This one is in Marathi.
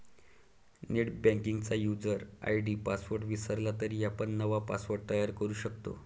नेटबँकिंगचा युजर आय.डी पासवर्ड विसरला तरी आपण नवा पासवर्ड तयार करू शकतो